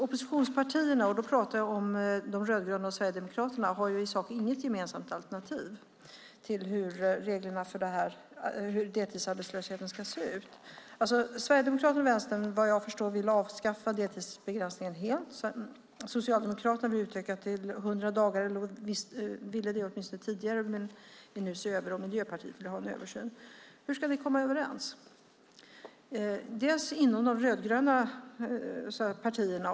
Oppositionspartierna - då talar jag om de rödgröna och Sverigedemokraterna - har i sak inget gemensamt alternativ till hur deltidsarbetslösheten ska se ut. Sverigedemokraterna och Vänstern vill, vad jag förstår, avskaffa deltidsbegränsningen helt, Socialdemokraterna vill utöka den till 100 dagar, åtminstone ville de det tidigare, nu vill de se över frågan, och Miljöpartiet vill ha en översyn. Hur ska ni komma överens inom de rödgröna partierna?